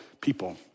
people